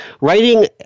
writing